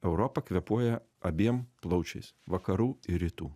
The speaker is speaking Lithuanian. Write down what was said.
europa kvėpuoja abiem plaučiais vakarų ir rytų